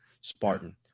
Spartan